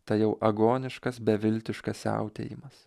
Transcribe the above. tai jau agoniškas beviltiškas siautėjimas